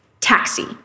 taxi